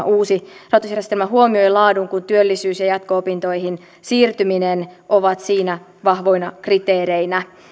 uusi rahoitusjärjestelmä huomioi laadun sillä työllisyys ja ja jatko opintoihin siirtyminen ovat siinä vahvoina kriteereinä